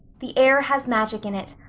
the air has magic in it.